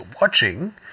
watching